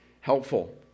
helpful